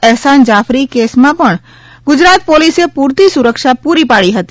અહેસાન જાફરી કેસમાં પણ ગુજરાત પોલીસે પુરતી સુરક્ષા પુરી પાડી હતી